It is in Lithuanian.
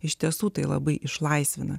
iš tiesų tai labai išlaisvina